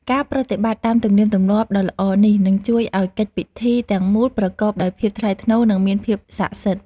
ការប្រតិបត្តិតាមទំនៀមទម្លាប់ដ៏ល្អនេះនឹងជួយឱ្យកិច្ចពិធីទាំងមូលប្រកបដោយភាពថ្លៃថ្នូរនិងមានភាពស័ក្តិសិទ្ធិ។